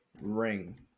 ring